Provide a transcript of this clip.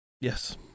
Yes